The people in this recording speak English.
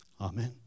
Amen